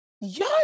yo